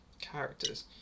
characters